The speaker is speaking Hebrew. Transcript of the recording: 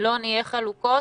לא נהיה חלוקות.